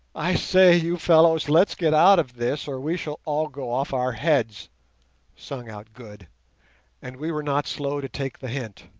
i say, you fellows, let's get out of this or we shall all go off our heads sung out good and we were not slow to take the hint.